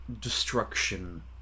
destruction